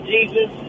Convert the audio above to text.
Jesus